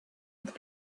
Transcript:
other